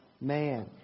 man